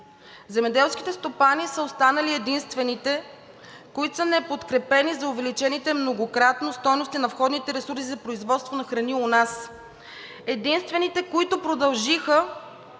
Земеделските стопани са останали единствените, които са неподкрепени за увеличените многократно стойности на входните ресурси за производство на храни у нас, единствените, които продължиха